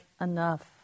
enough